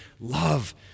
Love